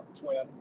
twin